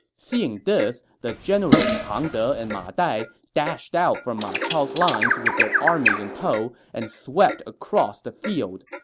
seeing this, the generals pang de and ma dai dashed out from ma chao's lines with their army in tow and swept across the field.